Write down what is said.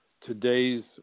today's